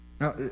now